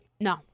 No